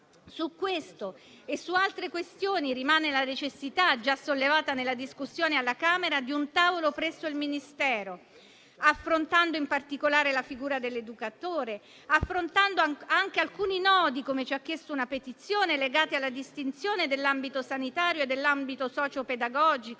Su queste e su altre questioni rimane la necessità, già sollevata nella discussione alla Camera, di un tavolo presso il Ministero, affrontando in particolare la figura dell'educatore, affrontando anche alcuni nodi - come ci ha chiesto una petizione - legati alla distinzione dell'ambito sanitario e dell'ambito socio-pedagogico,